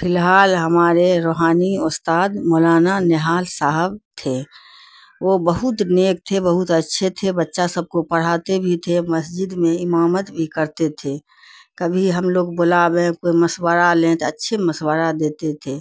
فی الحال ہمارے روحانی استاد مولانا نہال صاحب تھے وہ بہت نیک تھے بہت اچھے تھے بچہ سب کو پڑھاتے بھی تھے مسجد میں امامت بھی کرتے تھے کبھی ہم لوگ بلاویں کوئی مشورہ لیں تو اچھی مشورہ دیتے تھے